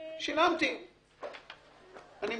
ושילמתי?